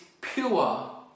pure